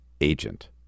agent